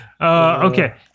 Okay